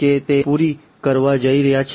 કે તે પૂરી કરવા જઈ રહ્યું છે